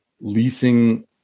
leasing